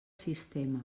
sistema